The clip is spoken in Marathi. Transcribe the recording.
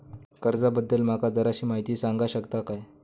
कर्जा बद्दल माका जराशी माहिती सांगा शकता काय?